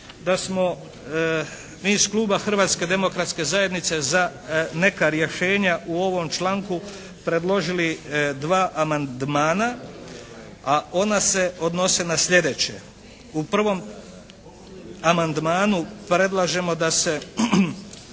da smo mi iz kluba Hrvatske demokratske zajednice za neka rješenja u ovom članku predložili dva amandmana, a ona se odnose na sljedeće. U prvom amandmanu predlažemo da se